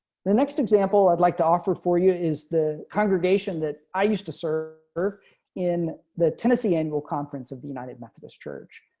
the next example i'd like to offer for you is the congregation that i used to serve in the tennessee annual conference of the united methodist church.